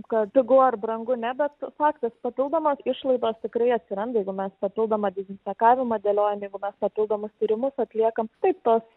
kad pigu ar brangu ne bet faktas papildomos išlaidos tikrai atsiranda jeigu mes papildomą dezinfekavimą dėliojam jeigu mes papildomus tyrimus atliekam taip tos